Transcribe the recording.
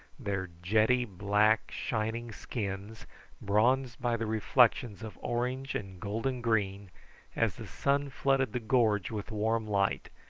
their jetty black, shining skins bronzed by the reflections of orange and golden green as the sun flooded the gorge with warm light,